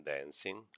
Dancing